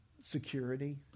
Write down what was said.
security